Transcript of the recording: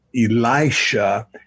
Elisha